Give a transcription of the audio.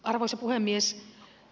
arvoisa puhemies